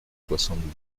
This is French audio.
soixante